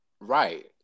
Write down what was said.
Right